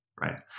right